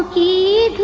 e